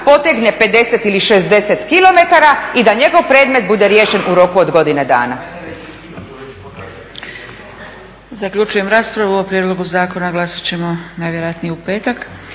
potegne 50 ili 60 km i da njegov predmet bude riješen u roku od godine dana.